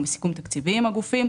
הוא בסיכום תקציבי עם הגופים,